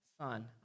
son